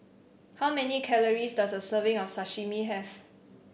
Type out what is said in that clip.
how many calories does a serving of Sashimi have